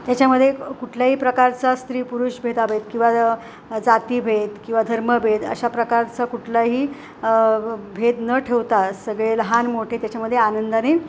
त्याच्यामध्ये कुठल्याही प्रकारचा स्त्री पुरुष भेदाभेद किंवा जातीभेद किंवा धर्मभेद अशा प्रकारचा कुठलाही भेद न ठेवतात सगळे लहान मोठे त्याच्यामध्ये आनंदाने